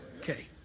Okay